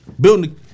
building